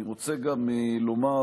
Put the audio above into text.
אני רוצה גם לומר